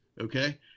Okay